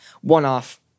one-off